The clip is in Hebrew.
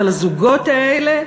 על הזוגות האלה?